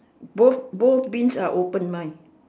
both both bins are open mine